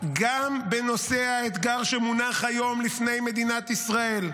גם בנושא האתגר שמונח היום לפני מדינת ישראל,